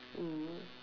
mm